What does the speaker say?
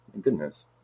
goodness